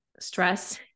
stress